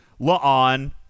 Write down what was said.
La'on